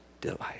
delight